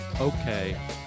okay